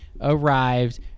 arrived